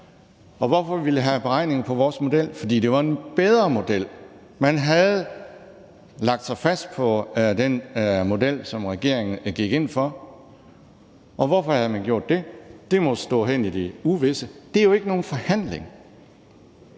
få. Hvorfor ville vi have beregninger på vores model? Det ville vi, fordi det var en bedre model. Man havde lagt sig fast på den model, som regeringen gik ind for, og hvorfor havde man gjort det? Det må stå hen i det uvisse. Det er jo ikke nogen forhandling.